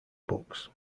books